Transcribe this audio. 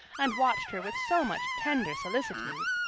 and watched her with so much tender solicitude,